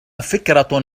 فكرة